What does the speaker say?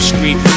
Street